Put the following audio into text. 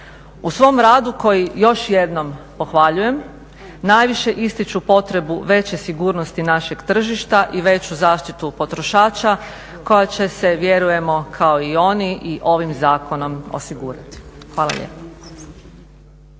U svom radu koji još jednom pohvaljujem najviše ističu potrebu veće sigurnosti našeg tržišta i veću zaštitu potrošača koja će se vjerujemo kao i oni i ovim zakonom osigurati. Hvala lijepo.